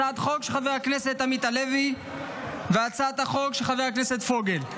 הצעת חוק של חבר הכנסת עמית הלוי והצעת חוק של חבר הכנסת פוגל.